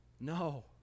No